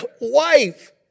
wife